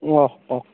অঁ অঁ